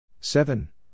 Seven